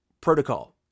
protocol